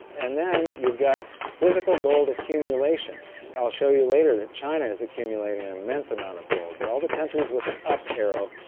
and then you've got physical gold accumulation i'll show you later that china is accumulating an immense amount of gold that all the countries with an up arrow,